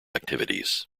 activities